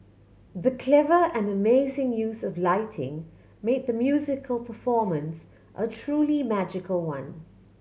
the clever and amazing use of lighting made the musical performance a truly magical one